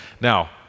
now